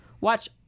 watch